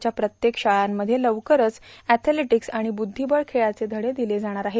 च्या प्रत्येक शाळंमध्ये लवकरच एयलेटिक्स आणि बुद्धीबळ खेळचे घडे दिले जाणार आहेत